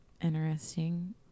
interesting